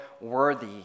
worthy